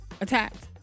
attacked